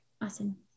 awesome